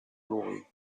lui